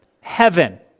heaven